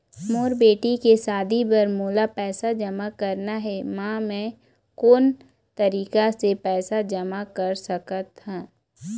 मोर बेटी के शादी बर मोला पैसा जमा करना हे, म मैं कोन तरीका से पैसा जमा कर सकत ह?